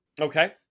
Okay